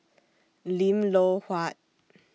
Lim Loh Huat